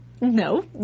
no